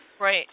Right